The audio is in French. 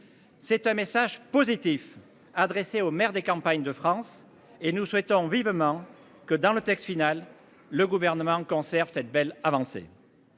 C'est un message positif adressé aux maires des campagnes de France et nous souhaitons vivement que dans le texte final. Le gouvernement cancer cette belle avancée.--